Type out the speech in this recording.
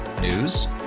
News